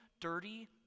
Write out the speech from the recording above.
dirty